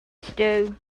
stew